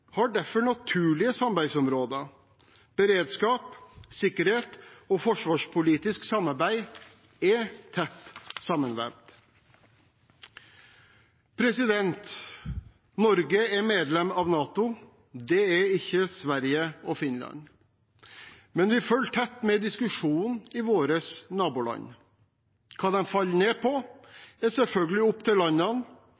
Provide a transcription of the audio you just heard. har derfor naturlige samarbeidsområder. Beredskap, sikkerhet og forsvarspolitisk samarbeid er tett sammenvevd. Norge er medlem av NATO. Det er ikke Sverige og Finland, men vi følger tett med i diskusjonen i våre naboland. Hva de faller ned på,